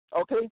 Okay